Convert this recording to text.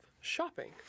shopping